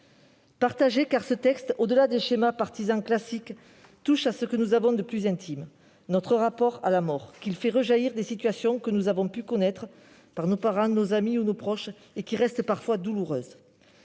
partagé, car ce texte, au-delà des schémas partisans classiques, touche à ce que nous avons de plus intime, notre rapport à la mort. Il fait rejaillir des situations que nous avons pu connaître pour nos parents, nos amis ou nos proches et qui restent parfois douloureuses.